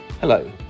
Hello